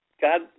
God